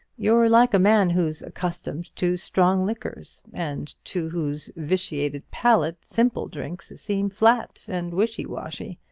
you're like a man who's accustomed to strong liquors, and to whose vitiated palate simple drinks seem flat and wishy-washy.